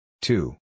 Two